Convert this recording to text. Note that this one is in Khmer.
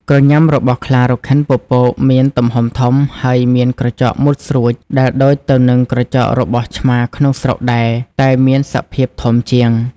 ក្រញាំរបស់ខ្លារខិនពពកមានទំហំធំ ហើយមាន ក្រចកមុតស្រួចដែលដូចទៅនឹងក្រចករបស់ឆ្មាក្នុងស្រុកដែរ តែមានសភាពធំជាង។